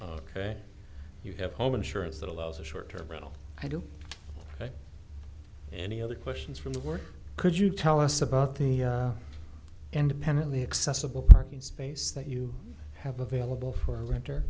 ok you have home insurance that allows a short term rental i don't know any other questions from the work could you tell us about the independently accessible parking space that you have available for the renter